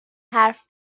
حرف